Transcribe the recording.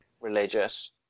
religious